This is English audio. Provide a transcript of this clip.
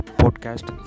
podcast